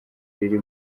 riri